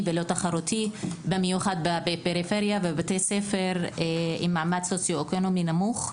במיוחד בפריפריה ובבתי ספר ממדרג סוציו-אקונומי נמוך.